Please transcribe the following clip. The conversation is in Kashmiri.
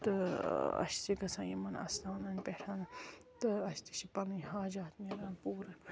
تہٕ أسۍ چھِ گَژھان یِمن اَستانَن پٮ۪ٹھ تہٕ اسہِ تہِ چھِ پَنٕنۍ حاجات نیران پوٗرٕ